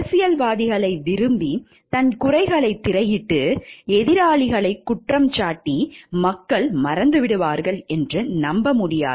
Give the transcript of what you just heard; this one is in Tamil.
அரசியல்வாதிகளை விரும்பி தன் குறைகளைத் திரையிட்டு எதிராளிகளைக் குற்றம் சாட்டி மக்கள் மறந்துவிடுவார்கள் என்று நம்ப முடியாது